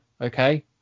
okay